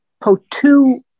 potu